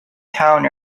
town